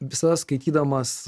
visada skaitydamas